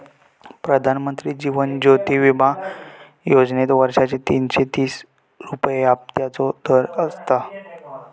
प्रधानमंत्री जीवन ज्योति विमा योजनेत वर्षाचे तीनशे तीस रुपये हफ्त्याचो दर बसता